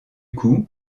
coup